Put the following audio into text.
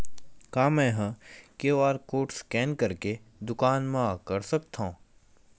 का मैं ह क्यू.आर कोड स्कैन करके दुकान मा कर सकथव?